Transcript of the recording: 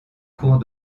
cours